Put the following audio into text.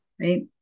right